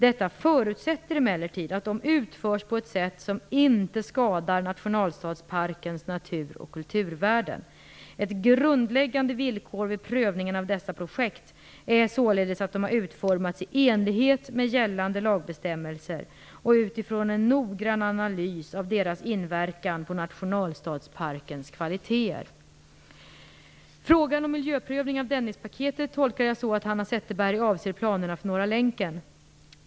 Detta förutsätter emellertid att de utförs på ett sätt som inte skadar nationalstadsparkens natur och kulturvärden. Ett grundläggande villkor vid prövningen av dessa projekt är således att de har utformats i enlighet med gällande lagbestämmelser och utifrån en noggrann analys av deras inverkan på nationalstadsparkens kvaliteter. Frågan om miljöprövning av Dennispaketet tolkar jag så att Hanna Zetterberg avser planerna för Norra länken.